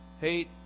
hate